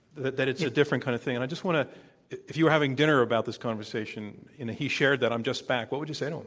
that that it's a different kind of thing. and i just want to if you were having dinner about this conversation, and he shared that um just fact, what would you say to him?